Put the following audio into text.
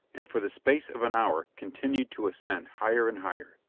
and for the space of an hour continued to ascend higher and higher,